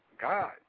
God